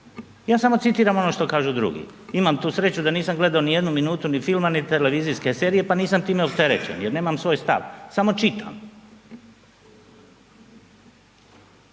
ja samo citiram ono što kažu drugi, imam tu sreću da nisam gledo ni jednu minutu ni filma, ni televizijske serije, pa nisam time opterećen jer nemam svoj stav, samo čitam.